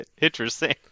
Interesting